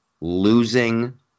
losing